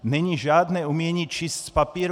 Není žádné umění číst z papíru.